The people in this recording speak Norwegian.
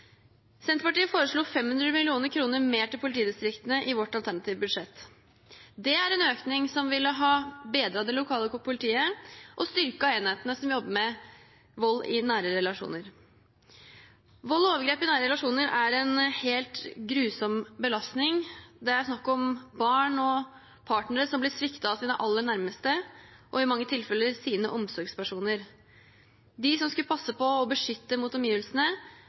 Senterpartiet foreslo 500 mill. kr mer til politidistriktene i sitt alternative budsjett. Det er en økning som ville ha bedret det lokale politiet og styrket enhetene som jobber med vold i nære relasjoner. Vold og overgrep i nære relasjoner er en helt grusom belastning. Det er snakk om barn og partnere som blir sviktet av sine aller nærmeste, i mange tilfeller av sine omsorgspersoner. De som skulle passe på og beskytte mot omgivelsene,